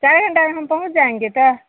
चार घंटा में हम पहुँच जाएँगे तो